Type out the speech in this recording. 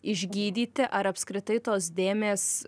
išgydyti ar apskritai tos dėmės